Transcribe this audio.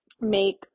make